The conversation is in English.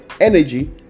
energy